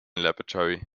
laboratory